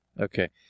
Okay